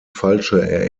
falsche